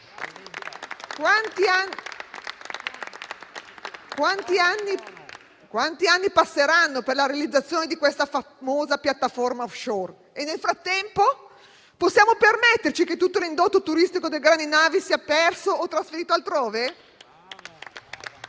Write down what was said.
Quanti anni passeranno per la realizzazione di questa famosa piattaforma *offshore*? Nel frattempo, possiamo permetterci che tutto l'indotto turistico delle grandi navi sia perso o trasferito altrove?